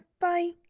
Bye